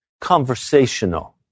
conversational